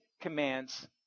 commands